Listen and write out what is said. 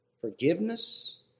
forgiveness